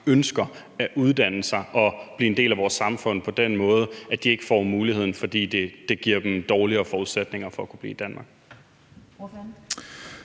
ønsker at uddanne sig og blive en del af vores samfund på den måde, ikke får muligheden, fordi det giver dem dårligere forudsætninger for at kunne blive i Danmark.